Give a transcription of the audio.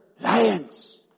lions